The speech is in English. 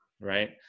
Right